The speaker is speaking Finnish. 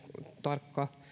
tarkka